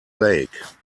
lake